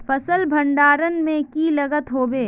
फसल भण्डारण में की लगत होबे?